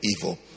evil